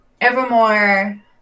Evermore